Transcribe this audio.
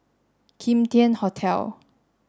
Kim Tian Hotel